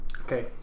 Okay